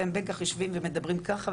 והם בטח יושבים ומדברים ככה,